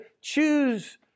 choose